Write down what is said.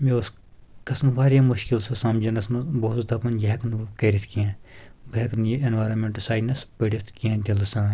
مےٚ اوس گژھان واریاہ مُشکِل سُہ سَمجِنَس منٛز بہٕ اوسُس دَپَان یہِ ہؠکہٕ نہٕ بہٕ کٔرِتھ کینٛہہ بہٕ ہؠکہٕ نہٕ یہِ ایٚنوارَمیٚنٛٹہٕ ساینَس پٔرِتھ کینٛہہ دِلہٕ سان